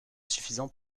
insuffisant